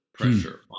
pressure